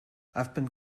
have